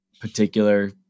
particular